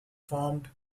formed